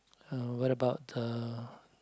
uh what about uh